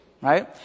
right